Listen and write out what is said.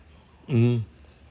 mm